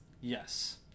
Yes